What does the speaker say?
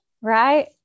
Right